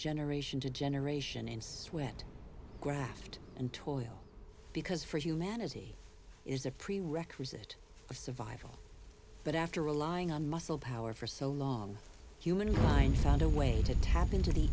generation to generation in sweat graft and toil because for humanity is a prerequisite of survival but after relying on muscle power for so long human mind found a way to tap into the